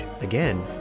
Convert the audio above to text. Again